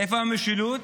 איפה המשילות